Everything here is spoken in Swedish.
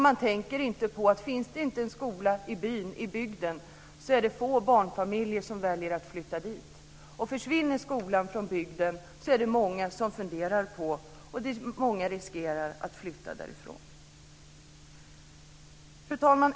Man tänker inte på att om det inte finns en skola i bygden är det få barnfamiljer som väljer att flytta dit. Försvinner skolan från bygden är det många som funderar på att flytta. Fru talman!